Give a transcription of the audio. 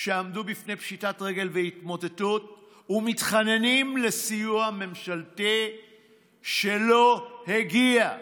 שעמדו בפני פשיטת רגל והתמוטטות ומתחננים לסיוע ממשלתי שלא הגיע,